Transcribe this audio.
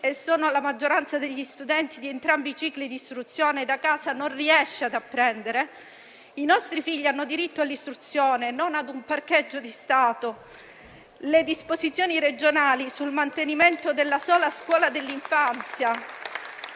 e sono la maggioranza degli studenti di entrambi i cicli di istruzione - da casa non riesce ad apprendere? I nostri figli hanno diritto all'istruzione, non ad un parcheggio di Stato. Le disposizioni regionali sul mantenimento della sola scuola dell'infanzia,